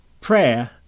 Prayer